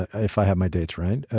ah if i had my dates right,